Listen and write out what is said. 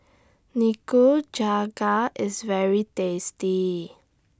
Nikujaga IS very tasty